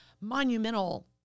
monumental